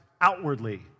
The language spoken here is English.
outwardly